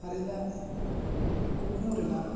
ᱟᱨ ᱤᱧᱟᱹᱜ ᱠᱩᱠᱢᱩ ᱨᱮᱱᱟᱜ